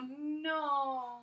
no